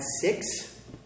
six